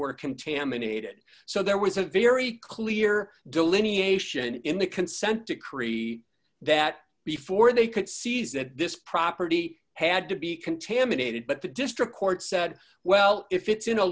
were contaminated so there was a very clear delineation in the consent decree that before they could seize that this property had to be contaminated but the district court said well if it's in a